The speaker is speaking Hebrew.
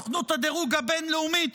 את סוכנות הדירוג הבין-לאומית,